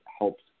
helps